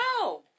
No